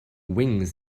wings